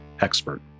expert